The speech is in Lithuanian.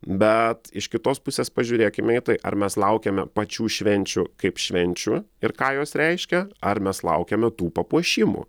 bet iš kitos pusės pažiūrėkime į tai ar mes laukiame pačių švenčių kaip švenčių ir ką jos reiškia ar mes laukiame tų papuošimų